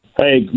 Hey